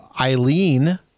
Eileen